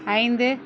ஐந்து